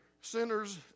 sinners